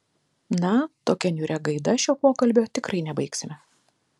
na tokia niūria gaida šio pokalbio tikrai nebaigsime